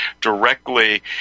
directly